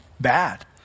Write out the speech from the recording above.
bad